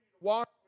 walk